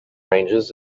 ranges